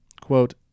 quote